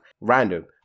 Random